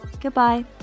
goodbye